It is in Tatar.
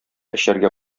эчәргә